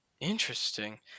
interesting